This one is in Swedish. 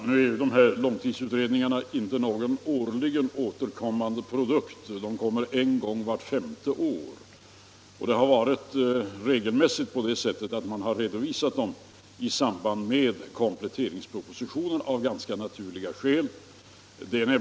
Herr talman! Långtidsutredningarna är ju produkter som inte återkommer årligen utan endast en gång vart femte år, och de har regelmässigt, av ganska naturliga skäl, redovisats i samband med kompletteringspropositionen.